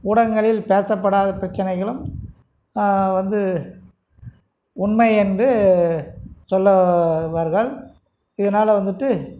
ஊடங்ககளில் பேசப்படாத பிரச்சனைகளும் வந்து உண்மை வந்து சொல்ல வருவார்கள் இதனால வந்துட்டு